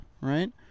right